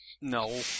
no